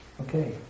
Okay